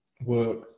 work